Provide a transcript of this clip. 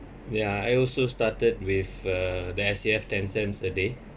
ya I also started with uh the S_A_F ten cents a day